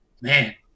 man